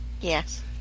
Yes